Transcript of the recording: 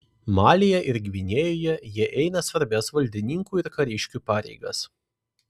malyje ir gvinėjoje jie eina svarbias valdininkų ir kariškių pareigas